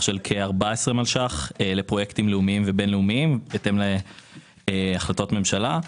של כ-14 מיליון ₪ לפרויקטים לאומיים ובינלאומיים בהתאם להחלטות ממשלה,